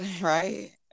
right